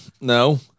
No